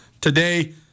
today